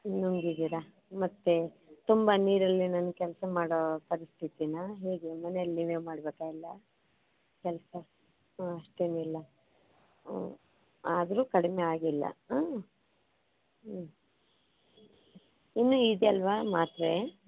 ನುಂಗಿದ್ದೀರಾ ಮತ್ತೆ ತುಂಬ ನೀರಲ್ಲಿ ಏನಾನಾ ಕೆಲಸ ಮಾಡೋ ಪರಿಸ್ಥಿತಿನಾ ಹೇಗೆ ಮನೆಲ್ಲಿ ನೀವೇ ಮಾಡಬೇಕಾ ಎಲ್ಲ ಕೆಲಸ ಹಾಂ ಅಷ್ಟೇನಿಲ್ಲ ಆದರೂ ಕಡಿಮೆ ಆಗಿಲ್ಲ ಹಾಂ ಇನ್ನೂ ಇದೆಯಲ್ವಾ ಮಾತ್ರೆ